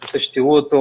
אני רוצה שתראו אותו,